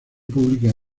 pública